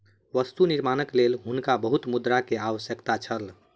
वस्तु निर्माणक लेल हुनका बहुत मुद्रा के आवश्यकता छल